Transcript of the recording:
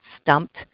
stumped